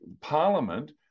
parliament